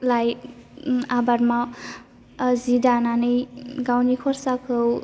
लाइ आबाद जि दानानै गावनि खरसाखौ